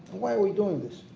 why are we doing this?